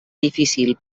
difícil